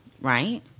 Right